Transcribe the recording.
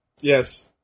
Yes